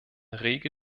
rege